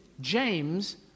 James